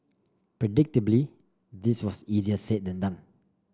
predictably this was easier said than done